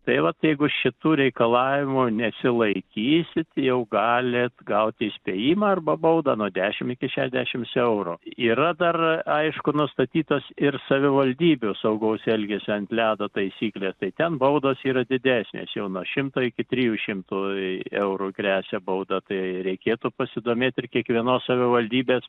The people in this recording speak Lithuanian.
tai vat jeigu šitų reikalavimų nesilaikysit jau galit gauti įspėjimą arba baudą nuo dešim iki šedešims eurų yra dar aišku nustatytos ir savivaldybių saugaus elgesio ant ledo taisyklės tai ten baudos yra didesnės jau nuo šimto iki trijų šimtų eurų gresia bauda tai reikėtų pasidomėt ir kiekvienos savivaldybės